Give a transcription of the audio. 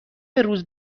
روز